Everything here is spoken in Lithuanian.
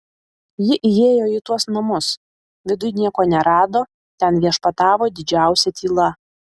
ji įėjo į tuos namus viduj nieko nerado ten viešpatavo didžiausia tyla